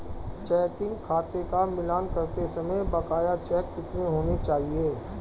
Checking खाते का मिलान करते समय बकाया चेक कितने होने चाहिए?